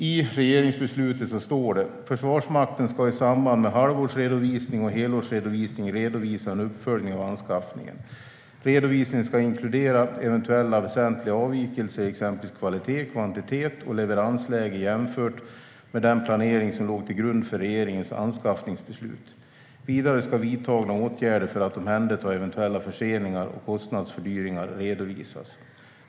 I regeringsbeslutet står det: "Försvarsmakten ska i samband med halvårsredovisning och helårsredovisning redovisa en uppföljning av anskaffningen. Redovisningen ska inkludera eventuella väsentliga avvikelser, exempelvis kvalitet, kvantitet och leveransläge jämfört med den planering som låg till grund för regeringens anskaffningsbeslut. Vidare ska vidtagna åtgärder för att omhänderta eventuella förseningar och kostnadsfördyringar redovisas.